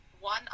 one